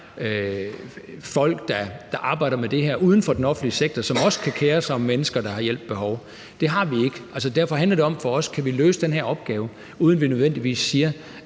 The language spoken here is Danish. folk, der arbejder med det her uden for den offentlige sektor, og som også kan kere sig om mennesker, der har hjælp behov, har vi ikke. Derfor handler det for os om, om vi kan løse den her opgave, uden at vi nødvendigvis siger,